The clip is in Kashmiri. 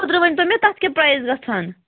وٕنۍتو مےٚ تَتھ کیٛاہ پرایِز گَژھان